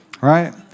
right